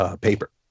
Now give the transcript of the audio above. paper